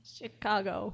Chicago